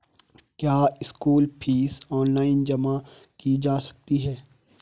क्या school fees online जमा की जा सकती है?